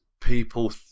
people